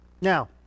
Now